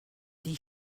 die